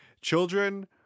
children